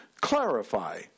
clarify